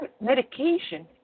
medication